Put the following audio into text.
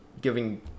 giving